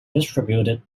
distributed